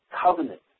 covenant